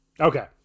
Okay